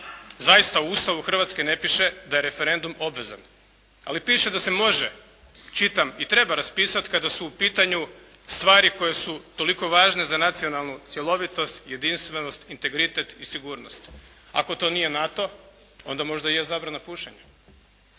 Zaista u Ustavu Hrvatske ne piše da je referendum obvezan. Ali piše da se može, čitam, i treba raspisat kada su u pitanju stvari koje su toliko važne za nacionalnu cjelovitost, jedinstvenost, integritet i sigurnost. Ako to nije NATO onda možda je zabrana pušenja.